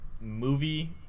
movie